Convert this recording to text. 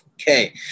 Okay